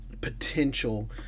potential